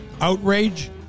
Outrage